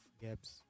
Gaps